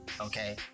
okay